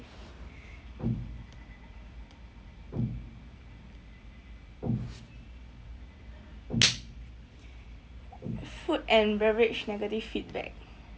food and beverage negative feedback